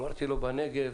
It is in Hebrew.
אמרתי לו: בנגב